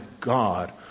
God